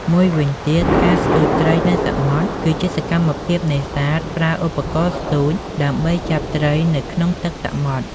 មួយវិញទៀតការស្ទូចត្រីនៅសមុទ្រ គឺជាសកម្មភាពនេសាទប្រើឧបករណ៍ស្ទូច ដើម្បីចាប់ត្រីនៅក្នុងទឹកសមុទ្រ។